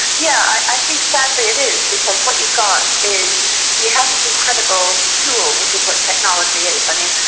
yeah i think sadly it is because what you've got is you have this incredible tool, which is what technology is. i mean,